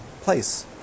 place